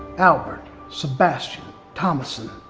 albert sebastian thomason.